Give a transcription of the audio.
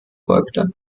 folgte